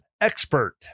expert